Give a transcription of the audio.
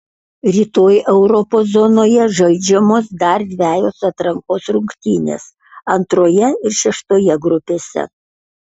rytoj europos zonoje žaidžiamos dar dvejos atrankos rungtynės antroje ir šeštoje grupėse